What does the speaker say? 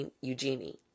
Eugenie